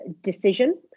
decision